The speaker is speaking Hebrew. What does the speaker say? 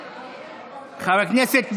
חבר הכנסת ביטן,